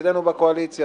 מצידנו בקואליציה,